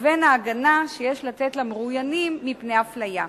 לבין ההגנה שיש לתת למרואיינים מפני אפליה.